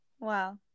wow